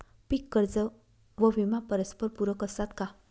पीक कर्ज व विमा परस्परपूरक असतात का?